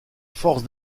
force